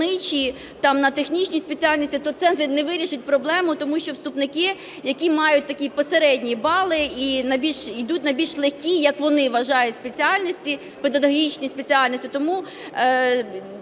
на технічні спеціальності, то це не вирішить проблему. Тому що вступники, які мають такі посередні бали йдуть на більш легкі, як вони вважають, спеціальності, педагогічні спеціальності.